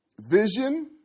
Vision